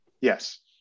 Yes